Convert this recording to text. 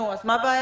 נו, אז מה הבעיה?